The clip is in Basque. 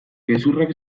gezurrak